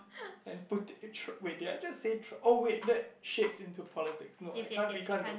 and Putin uh oh wait did I just say Trump oh wait that shit into politic no I can't we can't go there